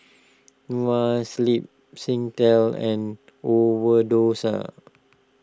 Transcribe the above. Noa Sleep Singtel and Overdose